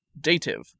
Dative